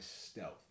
stealth